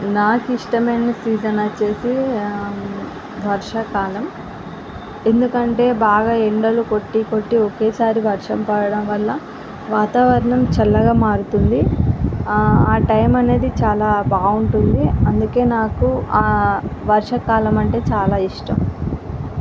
నాకు ఇష్టమైన సీజన్ వచ్చేసి వర్షాకాలం ఎందుకంటె బాగా ఎండలు కొట్టి కొట్టి ఒకేసారి వర్షం పడడం వల్ల వాతావరణం చల్లగా మారుతుంది అదే టైం అనేది చాలా బాగుంటుంది అందుకే నాకు ఆ వర్షాకాలం అంటే చాలా ఇష్టం